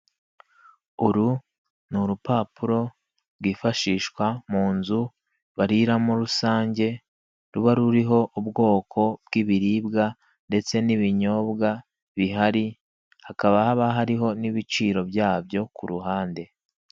Uru ni urupapuro rwifashishwa mu nzu bariramo rusange, ruba ruriho ubwoko bw'ibiribwa ndetse n'ibinyobwa bihari, hakaba haba hariho n'ibiciro byabyo ku ruhande.